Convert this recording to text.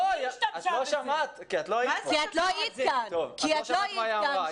לא היית כאן ולא שמעת מה היא אמרה.